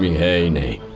hey!